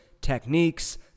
techniques